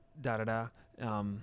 da-da-da